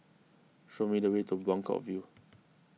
show me the way to Buangkok View